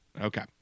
Okay